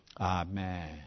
Amen